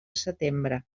setembre